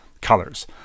colors